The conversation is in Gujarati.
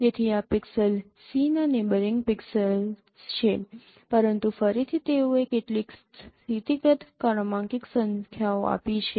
તેથી આ પિક્સેલ 'c' ના નેબયરિંગ પિક્સેલ્સ છે પરંતુ ફરીથી તેઓએ કેટલીક સ્થિતિગત ક્રમાંકિત સંખ્યાઓ આપી છે